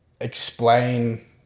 explain